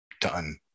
done